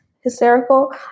hysterical